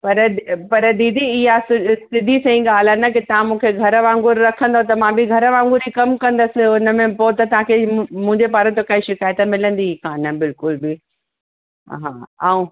पर पर दीदी इहा सि सिधी सही ॻाल्हि आहे न की तव्हां मूंखे घरु वांगुरु रखंदव त मां बि घरु वांगुरु ई कमु कंदसि हुन में पोइ त तव्हांखे मु मुंहिंजे पारां त काई शिकायत मिलंदी ई कोन बिल्कुल बि हा ऐं